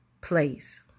place